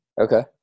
okay